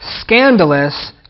scandalous